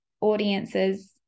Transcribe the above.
audiences